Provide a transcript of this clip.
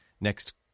next